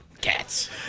Cats